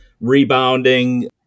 rebounding